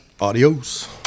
Adios